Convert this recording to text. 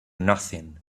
nothing